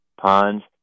ponds